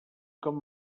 com